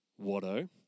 Watto